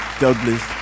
Douglas